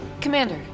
Commander